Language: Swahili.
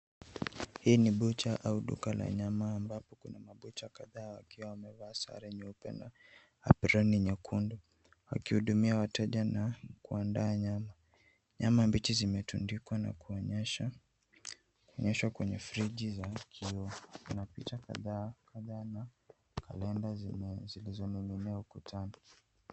Hii ni bucha au duka la nyama ambapo kuna mabucha kadhaa wakiwa wamevaa sare nyeupe na aproni nyekundu wakihudumia wateja na kuandaa nyama. Nyama mbichi zimetundikwa na kuonyeshwa kwenye friji za kioo. Kuna pichaa kadhaa na kalenda zilizoning'inia ukutani.